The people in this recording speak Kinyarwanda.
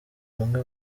bamwe